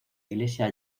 iglesia